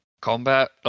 combat